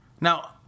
Now